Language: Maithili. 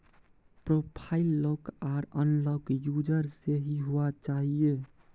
प्रोफाइल लॉक आर अनलॉक यूजर से ही हुआ चाहिए